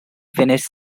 finished